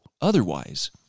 otherwise